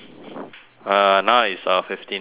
uh now is uh fifty nine minutes